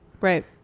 Right